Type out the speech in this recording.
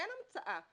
אין המצאה.